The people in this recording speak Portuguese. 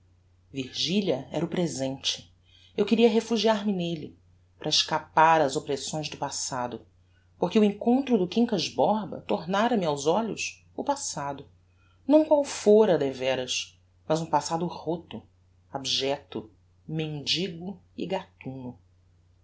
virgilia era o presente eu queria refugiar me nelle para escapar ás oppressões do passado porque o encontro do quincas borba tornara me aos olhos o passado não qual fora devéras mas um passado roto abjecto mendigo e gatuno